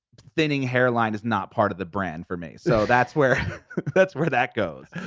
thinning hairline is not part of the brand for me. so that's where that's where that goes,